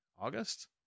August